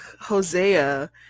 Hosea